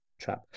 trap